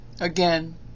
Again